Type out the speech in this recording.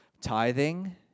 Tithing